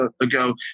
ago